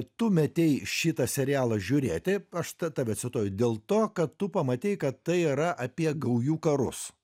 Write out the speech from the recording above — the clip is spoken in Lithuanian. tu metei šitą serialą žiūrėti aš ta tave cituoju dėl to kad tu pamatei kad tai yra apie gaujų karus